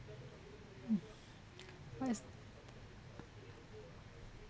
mm what is